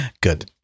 Good